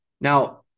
now